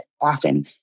often